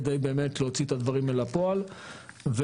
כדי באמת להוציא את הדברים אל הפועל והשלמה